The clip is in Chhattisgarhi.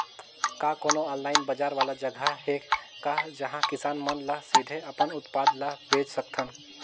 का कोनो ऑनलाइन बाजार वाला जगह हे का जहां किसान मन ल सीधे अपन उत्पाद ल बेच सकथन?